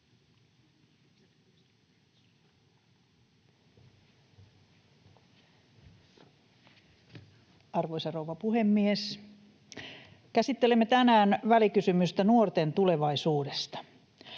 Arvoisa rouva puhemies! Käsittelemme tänään välikysymystä nuorten tulevaisuudesta.